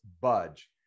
budge